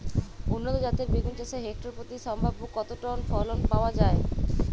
উন্নত জাতের বেগুন চাষে হেক্টর প্রতি সম্ভাব্য কত টন ফলন পাওয়া যায়?